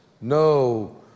no